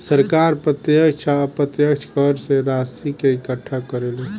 सरकार प्रत्यक्ष आ अप्रत्यक्ष कर से राशि के इकट्ठा करेले